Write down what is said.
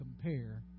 compare